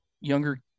Younger